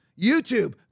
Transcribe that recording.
YouTube